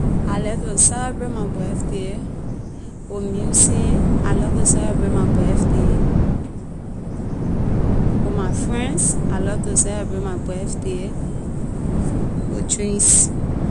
I like to celebrate my birthday with music, I love to celebrate my birthday with my friend, I love to celebrate my birthday with drinks.